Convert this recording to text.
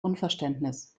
unverständnis